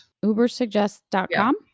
Ubersuggest.com